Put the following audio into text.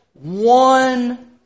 one